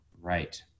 Right